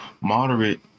moderate